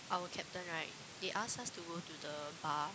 our captain right they ask us to go the bar